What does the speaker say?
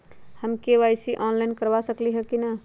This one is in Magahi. हम के.वाई.सी ऑनलाइन करवा सकली ह कि न?